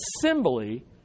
Assembly